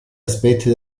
aspetti